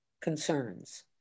concerns